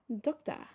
Doctor